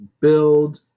build